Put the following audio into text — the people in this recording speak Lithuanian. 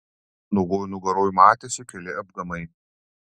nuogoj nugaroj matėsi keli apgamai